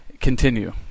Continue